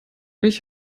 ich